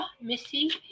Missy